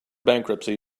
bankruptcy